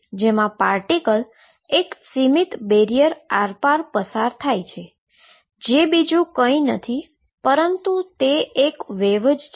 જેમાં પાર્ટીકલ એક સીમીત બેરીઅરની આરપાર પસાર થાય છે જે બીજુ કંઈ નથી પરંતુ તે એક વેવ જ છે